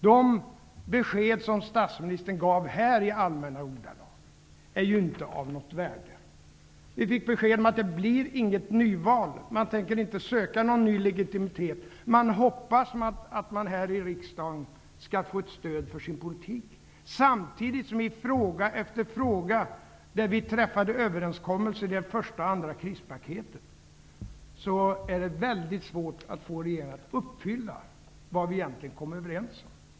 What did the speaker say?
De besked som statsministern gav här i allmänna ordalag är ju inte av något värde. Vi fick besked om att det inte blir något nyval, man tänker inte söka någon ny legitimitet. Man hoppas att man här i riksdagen skall få stöd för sin politik. Samtidigt ser vi att det i fråga efter fråga, där vi träffade överenskommelser i det första och andra krispaketet, är svårt att få regeringen att uppfylla det vi kom överens om.